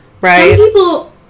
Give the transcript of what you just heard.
Right